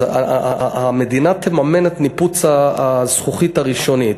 אז המדינה תממן את ניפוץ הזכוכית הראשוני.